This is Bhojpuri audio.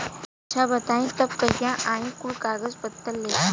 अच्छा बताई तब कहिया आई कुल कागज पतर लेके?